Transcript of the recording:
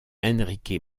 enrique